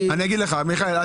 ששאלת לגביהן,